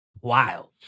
Wild